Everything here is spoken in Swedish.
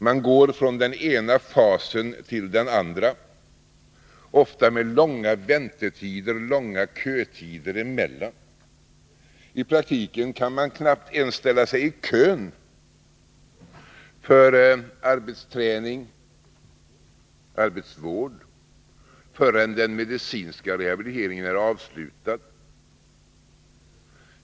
Man går från den ena fasen till den andra, ofta med långa väntetider, långa kötider emellan. I praktiken kan man knappt ens ställa sig i kön för arbetsträning, arbetsvård, förrän den medicinska rehabiliteringen är avslutad.